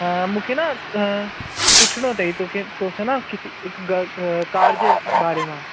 हा मूंखे न पुछिणो अथई तोखे तोसे ना किसी हिकु ॻाल्हि कार जे बारे मां